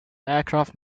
aircraft